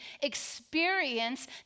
experience